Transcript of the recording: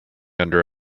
under